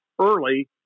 early